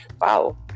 Wow